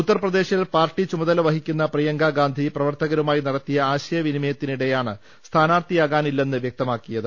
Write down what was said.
ഉത്തർപ്രദേശിൽ പാർട്ടിച്ചുമതല വഹിക്കുന്ന പ്രിയങ്ക ഗാന്ധി പ്രവർത്തകരുമായി നടത്തിയ ആശയവിനിമയത്തിനിടെയാണ് സ്ഥാനാർത്ഥി യാകാനില്ലെന്ന് വ്യക്തമാക്കിയത്